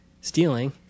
stealing